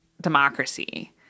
democracy